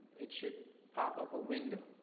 it should pop up a window,